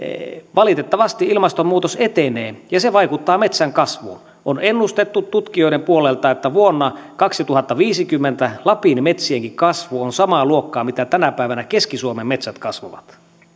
valitettavasti ilmastonmuutos etenee ja se vaikuttaa metsän kasvuun on ennustettu tutkijoiden puolelta että vuonna kaksituhattaviisikymmentä lapinkin metsien kasvu on samaa luokkaa kuin tänä päivänä keski suomen metsät kasvavat